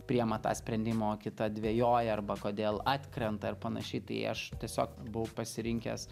priema tą sprendimą o kita dvejoja arba kodėl atkrenta ir panašiai tai aš tiesiog buvau pasirinkęs